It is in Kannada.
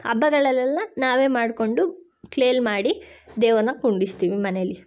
ಹಬ್ಬಗಳಲ್ಲೆಲ್ಲ ನಾವೇ ಮಾಡಿಕೊಂಡು ಕ್ಲೇಲಿ ಮಾಡಿ ದೇವರನ್ನ ಕೂಡಿಸ್ತೀವಿ ಮನೇಲಿ